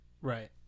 right